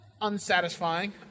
unsatisfying